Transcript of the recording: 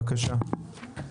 בבקשה.